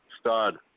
Stud